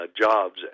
jobs